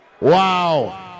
Wow